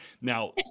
Now